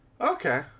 Okay